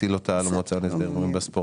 להטיל אותה על המועצה להימורים בספורט.